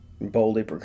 boldly